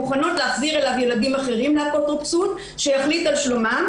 מוכנות להחזיר אליו ילדים אחרים לאפוטרופסות כדי שיחליט על שלומם?